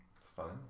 Stunning